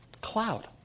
Cloud